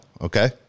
okay